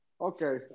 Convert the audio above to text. Okay